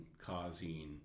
causing